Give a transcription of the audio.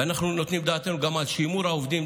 ואנחנו נותנים דעתנו גם על שימור העובדים,